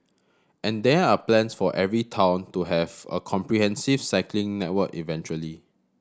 and there are plans for every town to have a comprehensive cycling network eventually